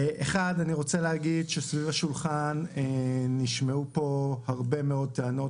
סביב השולחן נשמעו הרבה מאוד טענות